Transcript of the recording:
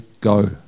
go